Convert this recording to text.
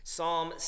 Psalm